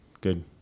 Good